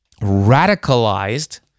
radicalized